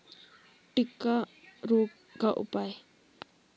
टिक्का रोग का उपाय?